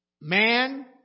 Man